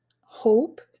hope